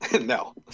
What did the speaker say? No